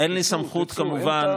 אין לי סמכות, כמובן,